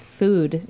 food